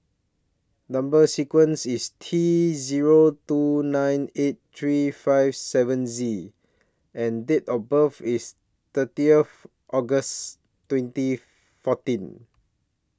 Number sequence IS T Zero two nine eight three five seven Z and Date of birth IS thirtieth August twenty fourteen